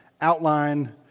outline